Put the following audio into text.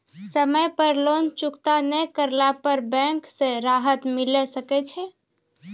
समय पर लोन चुकता नैय करला पर बैंक से राहत मिले सकय छै?